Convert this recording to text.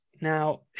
Now